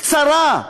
קצרה,